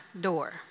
door